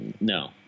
no